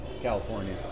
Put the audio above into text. California